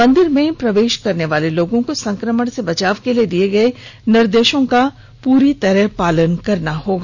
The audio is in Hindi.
मंदिर में प्रवेश करने वाले लोग हीं संक्रमण से बचाव के लिए दिए गए निर्देशों का पूरी तरह से पालन करना होगा